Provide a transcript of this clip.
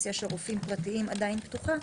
האופציה של רופאים פרטיים עדיין פתוחה,